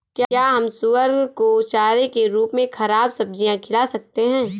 क्या हम सुअर को चारे के रूप में ख़राब सब्जियां खिला सकते हैं?